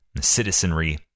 citizenry